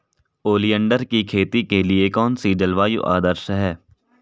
Oleander की खेती के लिए कौन सी जलवायु आदर्श है?